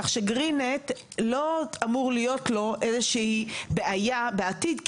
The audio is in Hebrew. לכן ל"גרין-נט" לא אמורה להיות בעיה בעתיד.